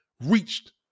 reached